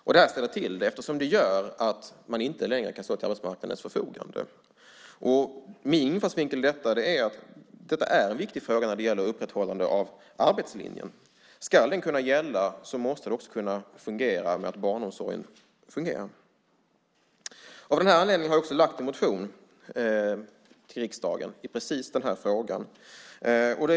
Det här ställer till eftersom dessa personer inte längre kan stå till arbetsmarknadens förfogande. Min infallsvinkel är att detta är en viktig fråga när det gäller upprätthållandet av arbetslinjen. Om den ska gälla måste barnomsorgen fungera. Av den anledningen har jag väckt en motion till riksdagen i frågan.